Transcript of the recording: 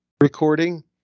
recording